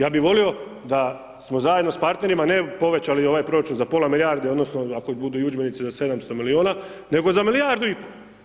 Ja bih volio da smo zajedno sa partnerima ne povećali ovaj proračun za pola milijarde, odnosno ako budu i udžbenici za 700 milijuna nego za milijardu i pol.